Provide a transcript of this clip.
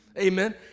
Amen